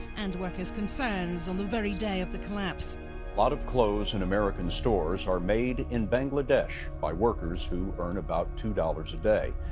and workers' concerns on the very day of the collapse. a lot of clothes in american stores are made in bangladesh by workers who earn about two dollars a day.